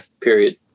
Period